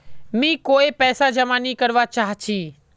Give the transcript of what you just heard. मी कोय पैसा जमा नि करवा चाहची